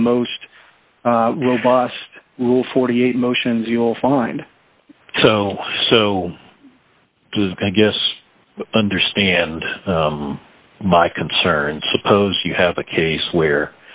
of the most robust rule forty eight motions you'll find so so i guess understand my concern suppose you have a case where